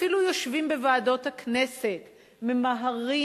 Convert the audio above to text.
ואפילו כשאנחנו יושבים בוועדות הכנסת וממהרים